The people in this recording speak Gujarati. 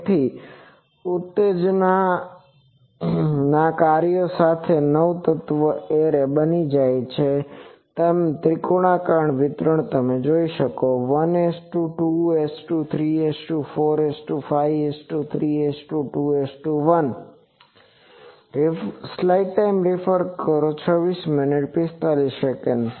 તેથી ઉત્તેજના કાર્યો સાથે આ નવ તત્વ એરે બની જાય છે તમે ત્રિકોણાકાર વિતરણ જોશો 1 2 3 4 5 3 2 1